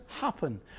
happen